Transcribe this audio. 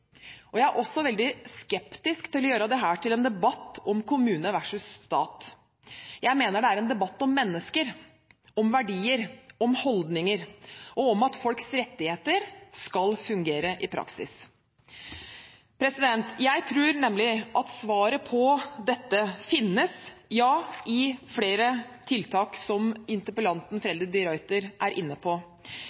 Jeg er også veldig skeptisk til å gjøre dette til en debatt om kommune versus stat. Jeg mener det er en debatt om mennesker, om verdier, om holdninger og om at folks rettigheter skal fungere i praksis. Jeg tror at svarene på dette finnes i flere tiltak, slik interpellanten Freddy de Ruiter er inne på.